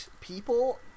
people